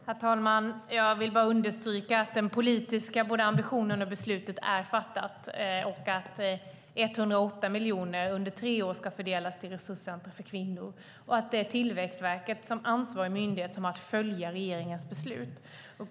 Herr talman! Jag vill bara understryka att den politiska ambitionen ligger fast och att beslutet är fattat. 108 miljoner ska under tre år fördelas till resurscentrum för kvinnor, och det är Tillväxtverket som ansvarig myndighet som har att följa regeringens beslut.